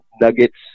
nuggets